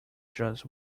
just